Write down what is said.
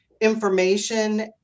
information